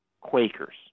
Quakers